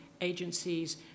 agencies